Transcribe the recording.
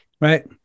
right